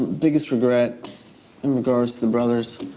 biggest regret in regards to the brothers.